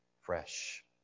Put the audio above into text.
fresh